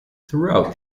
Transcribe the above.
throughout